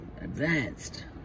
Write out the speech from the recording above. advanced